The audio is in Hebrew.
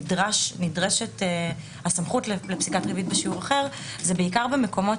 שנדרשת הסמכות לפסיקת ריבית בשיעור אחר זה בעיקר במקומות